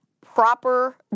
proper